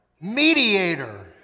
mediator